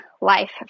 life